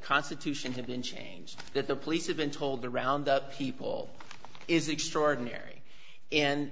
constitution had been changed that the police have been told to round up people is extraordinary and